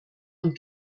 und